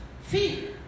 fear